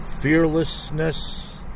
fearlessness